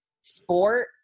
sport